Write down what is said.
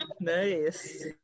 nice